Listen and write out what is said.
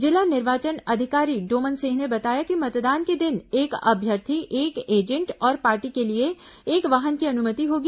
जिला निर्वाचन अधिकारी डोमन सिंह ने बताया कि मतदान के दिन एक अभ्यर्थी एक एजेंट और पार्टी के लिए एक वाहन की अनुमति होगी